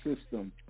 system